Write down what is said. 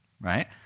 Right